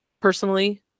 personally